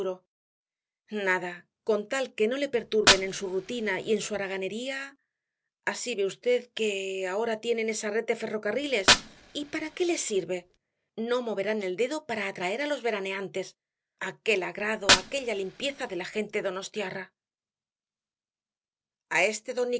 nada con tal que no le perturben en su rutina y en su haraganería así ve v que ahora tienen esa red de ferrocarriles y para qué les sirve no moverán el dedo para atraer á los veraneantes aquel agrado aquella limpieza de la gente donostiarra a este